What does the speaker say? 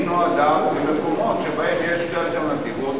זה נועד למקומות שבהם יש אלטרנטיבות,